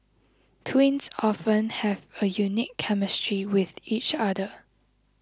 twins often have a unique chemistry with each other